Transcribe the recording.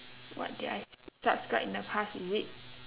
what did I subscribe in the past is it